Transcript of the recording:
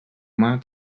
mar